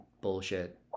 bullshit